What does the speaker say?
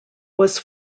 was